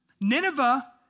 Nineveh